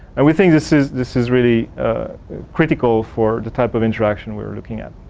and we think this is this is really critical for the type of interaction we're looking at.